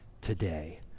today